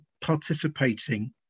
participating